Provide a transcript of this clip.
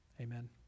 Amen